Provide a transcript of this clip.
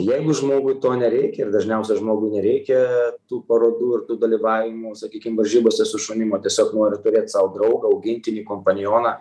jeigu žmogui to nereikia ir dažniausia žmogui nereikia tų parodų ir tų dalyvavimų sakykim varžybose su šunim o tiesiog nori turėt sau draugą augintinį kompanioną